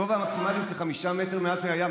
הגובה המקסימלי הוא כחמישה מטר מעל פני הים.